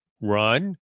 run